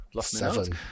Seven